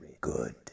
Good